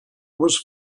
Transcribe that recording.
was